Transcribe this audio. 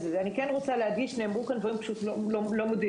אני כן רוצה להגיד שנאמרו כאן דברים לא מדויקים.